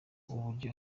uburyo